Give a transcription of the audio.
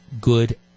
good